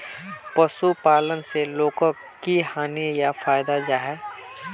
पशुपालन से लोगोक की हानि या फायदा जाहा?